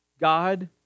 God